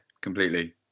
completely